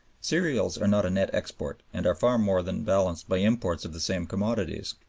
cereals are not a net export and are far more than balanced by imports of the same commodities.